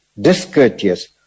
discourteous